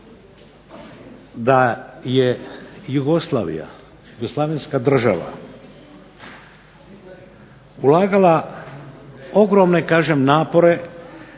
da je Jugoslavija, jugoslavenska država, ulagala ogromne kažem